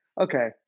okay